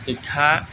শিক্ষা